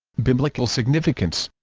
biblical significance